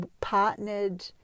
partnered